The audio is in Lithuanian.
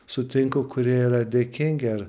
sutinku kurie yra dėkingi ar